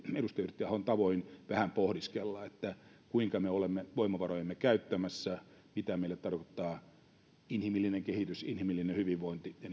edustaja yrttiahon tavoin vähän pohdiskella sitä kuinka me olemme voimavarojamme käyttämässä mitä meille tarkoittaa inhimillinen kehitys inhimillinen hyvinvointi ja